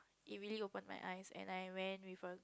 it really opens my eyes and I went with a